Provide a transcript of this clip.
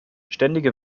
ständige